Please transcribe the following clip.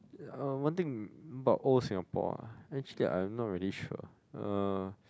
uh one thing about old Singapore ah actually I'm not really sure uh